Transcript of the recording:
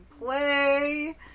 play